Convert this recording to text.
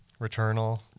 Returnal